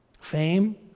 Fame